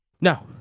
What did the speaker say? No